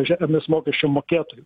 žemės mokesčio mokėtojų